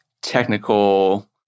technical